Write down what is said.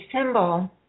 symbol